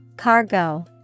Cargo